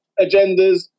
agendas